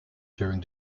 during